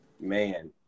man